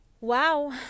wow